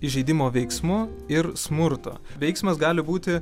įžeidimo veiksmu ir smurto veiksmas gali būti